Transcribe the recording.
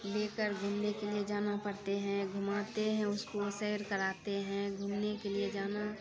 लेकर घुमने के लिये जाना पड़ते हैं घुमाते हैं उसको सैर कराते हैं घूमने के लिये जाना